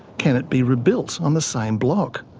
can it be rebuilt on the same block?